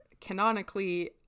canonically